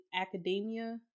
academia